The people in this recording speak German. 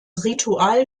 ritual